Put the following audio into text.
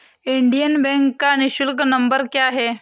Indian bank का निःशुल्क number क्या है?